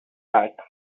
dark